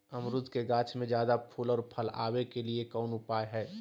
अमरूद के गाछ में ज्यादा फुल और फल आबे के लिए कौन उपाय है?